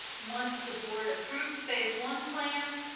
once the board approves phase one plans,